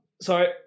Sorry